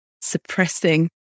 suppressing